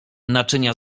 naczynia